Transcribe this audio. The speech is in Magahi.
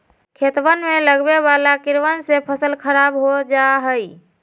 खेतवन में लगवे वाला कीड़वन से फसल खराब हो जाहई